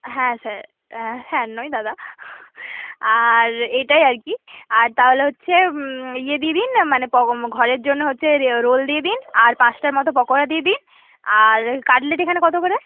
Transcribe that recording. হ্যাঁ sir sir নয় দাদা আর এটাই আর কি আর তাহলে হচ্ছে ইয়ে দিয়ে দিন মানে ঘরের জন্য হচ্ছে রোল দিয়ে দিন আর পাঁচটার মতো পকোড়া দিয়ে দিন আর কাটলেট এখানে কতো করে